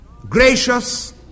gracious